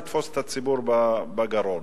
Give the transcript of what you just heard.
לתפוס את הציבור בגרון.